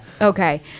Okay